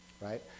Right